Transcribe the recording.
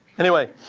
anyway,